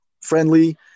friendly